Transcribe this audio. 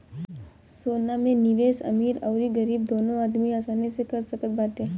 सोना में निवेश अमीर अउरी गरीब दूनो आदमी आसानी से कर सकत बाटे